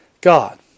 God